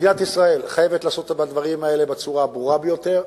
מדינת ישראל חייבת לעשות את הדברים האלה בצורה הברורה ביותר.